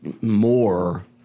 more